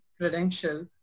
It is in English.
credential